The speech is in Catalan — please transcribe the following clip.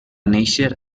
néixer